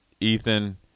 Ethan –